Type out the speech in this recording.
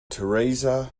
teresa